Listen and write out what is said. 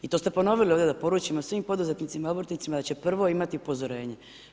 I to ste ponovili ovdje da poručimo svim poduzetnicima i obrtnicima da će prvo imati upozorenje.